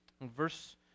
verse